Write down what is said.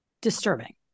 disturbing